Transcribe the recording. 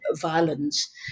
violence